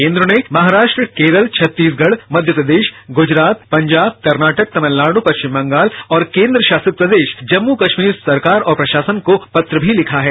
केंद्र ने महाराष्ट्र केरल छत्तीसगढ मध्यप्रदेश ग्जरात पंजाब कर्नाटक तमिलनाडु पश्चिम बंगाल और केंद्रशासित प्रदेश जम्मू कश्मीर सरकार और प्रशासन को पत्र भी लिखा है